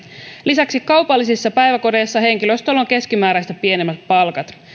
lisäksi kaupallisissa päiväkodeissa henkilöstöllä on keskimääräistä pienemmät palkat